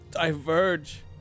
Diverge